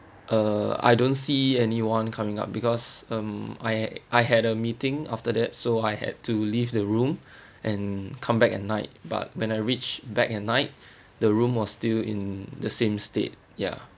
uh I don't see anyone coming up because um I I had a meeting after that so I had to leave the room and come back at night but when I reach back at night the room was still in the same state ya